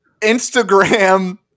Instagram